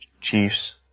Chiefs